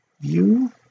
view